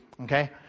Okay